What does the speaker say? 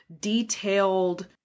detailed